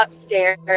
upstairs